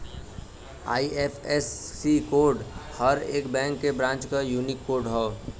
IFSC code हर एक bank branch क यूनिक कोड हौ